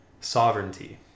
Sovereignty